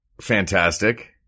Fantastic